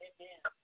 Amen